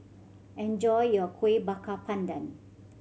enjoy your Kueh Bakar Pandan